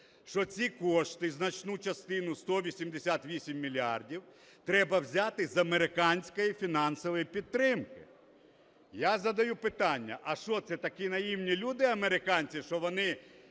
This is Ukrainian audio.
що ці кошти, значну частину, 188 мільярдів треба взяти з американської фінансової підтримки. Я задаю питання, а що це такі наївні люди американці, що вони